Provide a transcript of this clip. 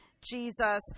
Jesus